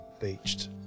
beached